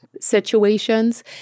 situations